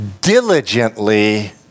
diligently